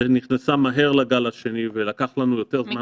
שנכנסה מהר לגל השני ולקח לנו יותר זמן